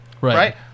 Right